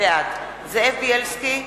בעד זאב בילסקי,